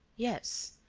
yes,